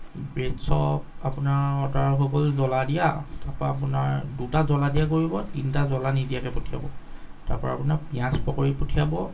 bread chop আপোনাৰ order হৈ গ'ল জ্বলা দিয়া তাৰপৰা আপোনাৰ দুটা জ্বলা দিয়া কৰিব তিনিটা জ্বলা নিদিয়াকৈ পঠিয়াব তাৰপৰা আপোনাৰ পিঁয়াজ পকৰি পঠিয়াব